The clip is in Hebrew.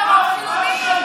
זה רוב חילוני.